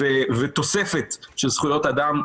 ותוספת של זכויות אדם,